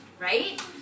right